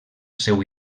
seu